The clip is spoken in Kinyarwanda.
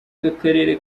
akarere